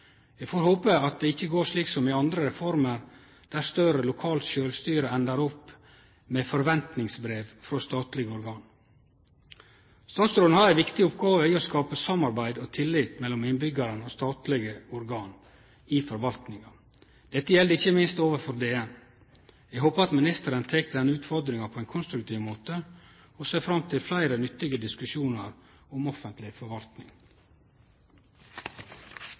Eg får håpe at det ikkje går slik som i andre reformer, at større lokalt sjølvstyre endar opp med forventningsbrev frå statlege organ. Statsråden har ei viktig oppgåve i å skape samarbeid og tillit mellom innbyggjarane og statlege organ i forvaltninga. Dette gjeld ikkje minst overfor Direktoratet for naturforvaltning. Eg håpar at ministeren tek denne utfordringa på ein konstruktiv måte, og ser fram til fleire nyttige diskusjonar om offentleg forvaltning.